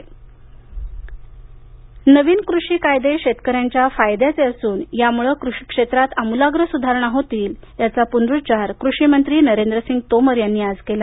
तोमर नवीन कृषी कायदे शेतकऱ्यांच्या फायद्याचे असून यामुळं कृषी क्षेत्रात आमुलाग्र सुधारणा होतील याचा पुनरुच्चार कृषी मंत्री नरेंद्रसिंग तोमर यांनी आज केला